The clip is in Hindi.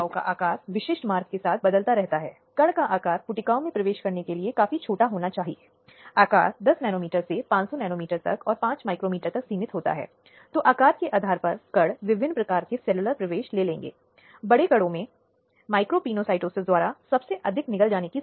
हालाँकि महिला को अपमानित महसूस करने से रोकने के लिए कार्यवाही के दौरान अपमानित महसूस करने से क्योंकि यह परिस्थितियाँ हो सकती हैं जहाँ सवाल पूछे जाते हैं कुछ सवाल घटना से संबंधित हो सकते हैं